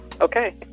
okay